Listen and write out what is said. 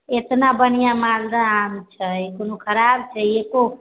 एतना बढ़िऑं मालदह आम छै कोनो खराब छै एको